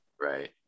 right